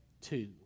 two